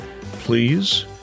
Please